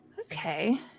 Okay